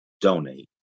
donate